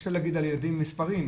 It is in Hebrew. קשה להגיד על ילדים מספרים,